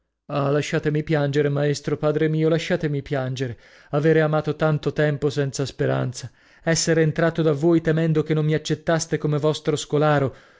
lasciatemi piangere maestro padre mio lasciatemi piangere avere amato tanto tempo senza speranza essere entrato da voi temendo che non mi accettaste come vostro scolaro